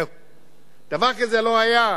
דבר כזה לא היה.